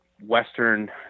western